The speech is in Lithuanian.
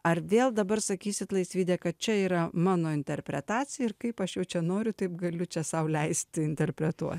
ar vėl dabar sakysit laisvyde kad čia yra mano interpretacija ir kaip aš jau čia noriu taip galiu čia sau leisti interpretuoti